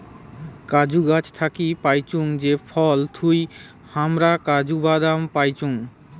কাজু গাছ থাকি পাইচুঙ যে ফল থুই হামরা কাজু বাদাম পাইচুং